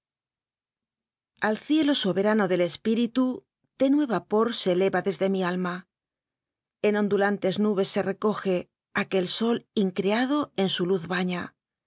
al cielo soberano del espíritu ténue vapor se eleva desde mi alma en ondulantes nubes se recoje á que el sol increado en su luz baña